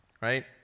right